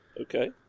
Okay